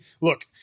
look